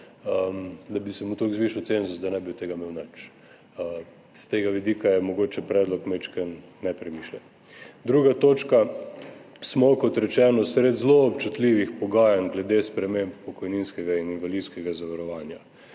da bi se mu toliko zvišal cenzus, da ne bi od tega imel nič. S tega vidika je mogoče predlog majčkeno nepremišljen. 2. točka, smo, kot rečeno, sredi zelo občutljivih pogajanj glede sprememb pokojninskega in invalidskega zavarovanja